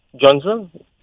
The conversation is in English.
Johnson